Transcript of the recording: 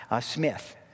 smith